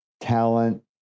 talent